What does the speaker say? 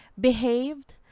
Behaved